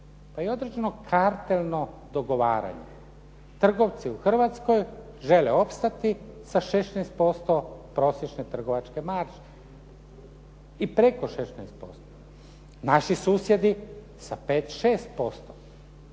Pa i određeno kartelno dogovaranje. Trgovci u Hrvatskoj žele opstati sa 16% prosječne trgovačke marže i preko 16%. Naši susjedi sa 5, 6%.